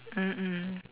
mm mm